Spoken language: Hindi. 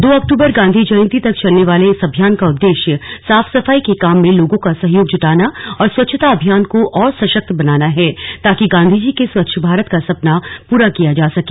दो अक्टूबर गांधी जयंती तक चलने वाले इस अभियान का उद्देश्य साफ सफाई के काम में लोगों का सहयोग जूटाना और स्वच्छता अभियान को और सशक्त बनाना है ताकि गांधीजी के स्वच्छ भारत का सपना पूरा किया जा सके